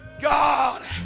God